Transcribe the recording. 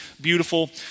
Beautiful